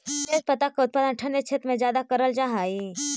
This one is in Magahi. तेजपत्ता का उत्पादन ठंडे क्षेत्र में ज्यादा करल जा हई